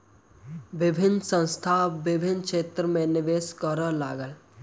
विभिन्न संस्थान आब विभिन्न क्षेत्र में निवेश करअ लागल